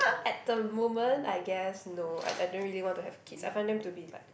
at the moment I guess no I I don't really want to have kids I find them to be like